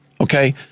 Okay